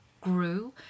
grew